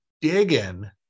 digging